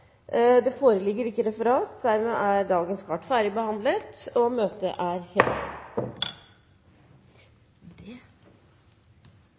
dagens kart ferdigbehandlet. – Møtet er hevet.